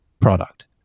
product